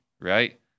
right